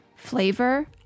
flavor